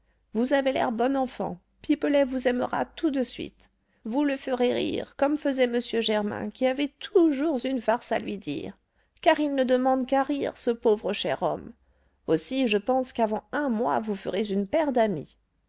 vous avez l'air bon enfant pipelet vous aimera tout de suite vous le ferez rire comme faisait m germain qui avait toujours une farce à lui dire car il ne demande qu'à rire ce pauvre cher homme aussi je pense qu'avant un mois vous ferez une paire d'amis